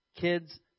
Kids